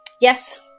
yes